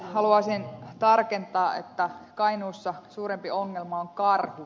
haluaisin tarkentaa että kainuussa suurempi ongelma on karhut